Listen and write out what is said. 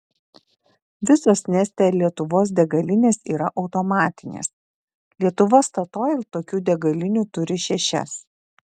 visos neste lietuvos degalinės yra automatinės lietuva statoil tokių degalinių turi šešias